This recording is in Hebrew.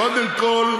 קודם כול,